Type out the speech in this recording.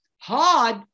hard